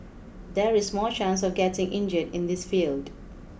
there is more chance of getting injured in this field